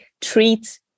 treat